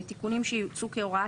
במקום "לוועדת